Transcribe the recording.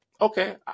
okay